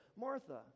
Martha